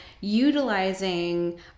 utilizing